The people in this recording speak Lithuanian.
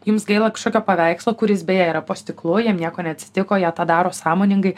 jums gaila kažkokio paveikslo kuris beje yra po stiklu jam nieko neatsitiko jie tą daro sąmoningai